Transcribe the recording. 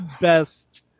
best